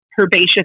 herbaceous